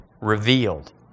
revealed